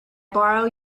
borrow